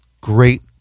great